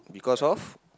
because of